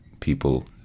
people